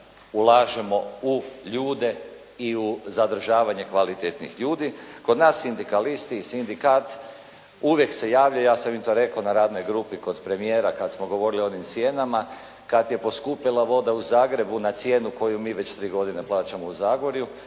ulažemo u ljude i u zadržavanje kvalitetnih ljudi. Kod nas sindikalisti i sindikat uvijek se javljaju, ja sam im to rekao na radnoj grupi kod premijera kad smo govorili o onim cijenama, kad je poskupila voda u Zagrebu na cijenu koju mi već tri godine plaćamo u Zagorju,